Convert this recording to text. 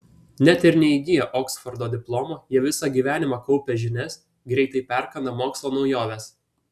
net ir neįgiję oksfordo diplomo jie visą gyvenimą kaupia žinias greitai perkanda mokslo naujoves